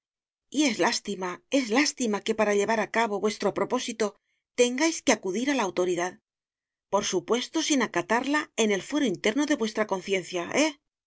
y es lástima es lástima que para llevar a cabo vuestro propósito tengáis que acudir a la autoridad por supuesto sin acatarla en el fuero interno de vuestra conciencia